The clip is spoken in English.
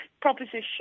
proposition